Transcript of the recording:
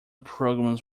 programs